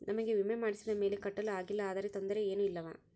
ನಮಗೆ ವಿಮೆ ಮಾಡಿಸಿದ ಮೇಲೆ ಕಟ್ಟಲು ಆಗಿಲ್ಲ ಆದರೆ ತೊಂದರೆ ಏನು ಇಲ್ಲವಾ?